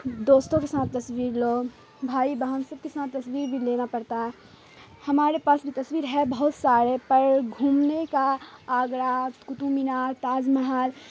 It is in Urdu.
دوستوں کے ساتھ تصویر لو بھائی بہن سب کے ساتھ تصویر بھی لینا پڑتا ہے ہمارے پاس بھی تصویر ہے بہت سارے پر گھومنے کا آگرہ قطب مینار تاج محل